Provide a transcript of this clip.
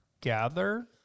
gather